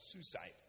suicide